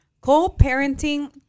Co-parenting